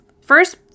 first